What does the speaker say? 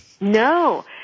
No